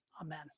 Amen